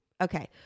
Okay